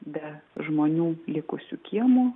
be žmonių likusiu kiemu